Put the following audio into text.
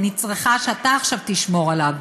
אני צריכה שאתה עכשיו תשמור עליו.